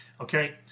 okay